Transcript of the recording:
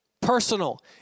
Personal